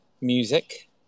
music